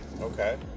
okay